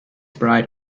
bright